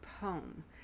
poem